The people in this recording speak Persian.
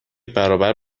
برابر